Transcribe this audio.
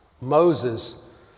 Moses